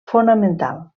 fonamental